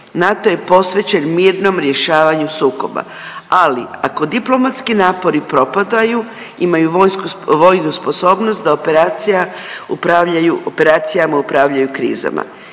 NATO je posvećen mirnom rješavanju sukoba, ali ako diplomatski napori propadaju, imaju vojnu sposobnost da operacijama upravljaju krizama.